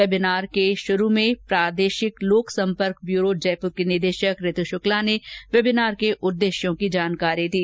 webinar के शुरू में प्रादेशिक लोकसंपर्क ब्यूरो जयपुर की निदेशक ऋतु शुक्ला ने वेबीनार के उद्देश्यों की जानकारी दी